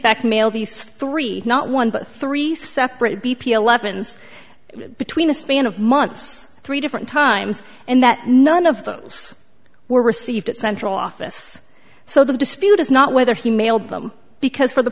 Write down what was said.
mail these three not one but three separate b p eleven's between a span of months three different times and that none of those were received at central office so the dispute is not whether he mailed them because for the